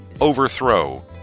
Overthrow